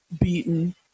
beaten